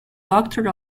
doctor